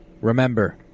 Remember